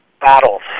battles